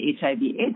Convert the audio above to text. HIV/AIDS